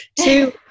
two